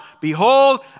behold